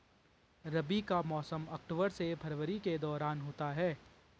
रबी का मौसम अक्टूबर से फरवरी के दौरान होता है